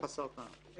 דיון חסר טעם.